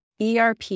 ERP